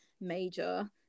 major